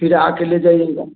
फिर आकर ले जाइएगा